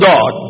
God